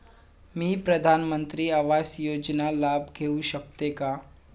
मी प्रधानमंत्री आवास योजनेचा लाभ घेऊ शकते का?